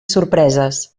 sorpreses